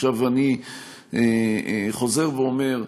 עכשיו אני חוזר ואומר,